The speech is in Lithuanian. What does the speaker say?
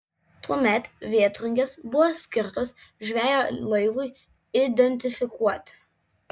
tuomet vėtrungės buvo skirtos žvejo laivui identifikuoti